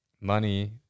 money